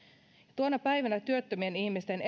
tuona päivänä työttömien ihmisten